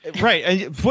Right